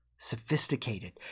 sophisticated